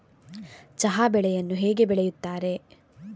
ಚಹಾ ಬೆಳೆಯನ್ನು ಹೇಗೆ ಬೆಳೆಯುತ್ತಾರೆ?